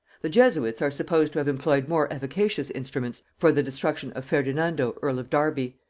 the jesuits are supposed to have employed more efficacious instruments for the destruction of ferdinando earl of derby,